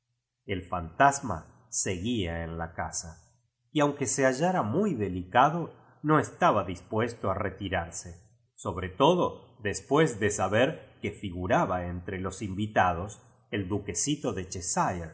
el fantasma seguía en la casa y aunque se hallara muy delicado no estaba dispuesto a retirarse sobre todo después de saber que figuraba entre los invitados el dmquesito de